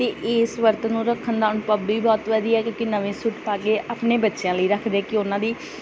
ਅਤੇ ਇਸ ਵਰਤ ਨੂੰ ਰੱਖਣ ਨਾਲ ਵੀ ਬਹੁਤ ਵਧੀਆ ਕਿਉਂਕਿ ਨਵੇਂ ਸੂਟ ਪਾ ਕੇ ਆਪਣੇ ਬੱਚਿਆਂ ਲਈ ਰੱਖਦੇ ਕਿ ਉਹਨਾਂ ਦੀ